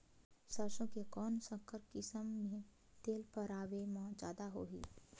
सरसो के कौन संकर किसम मे तेल पेरावाय म जादा होही?